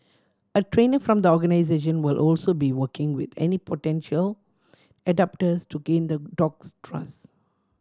a trainer from the organisation will also be working with any potential adopters to gain the dog's trust